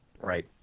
Right